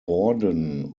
borden